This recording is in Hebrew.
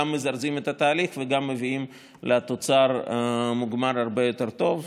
מזרזות את התהליך וגם מביאות לתוצר מוגמר הרבה יותר טוב.